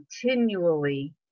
continually